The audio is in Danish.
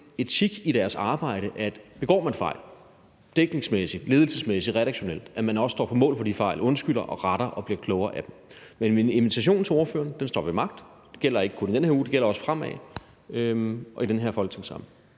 etik i deres arbejde, at begår man fejl, dækningsmæssigt, ledelsesmæssigt, redaktionelt, så står man også på mål for de fejl og undskylder og retter og bliver klogere af dem. Men min invitation til spørgeren står ved magt. Det gælder ikke kun den her uge, det gælder også fremover og i den her folketingssamling.